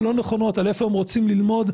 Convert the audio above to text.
הלא-נכונות על איפה הם רוצים ללמוד,